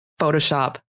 Photoshop